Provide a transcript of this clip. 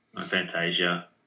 Fantasia